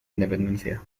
independencia